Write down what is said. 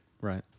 Right